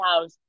house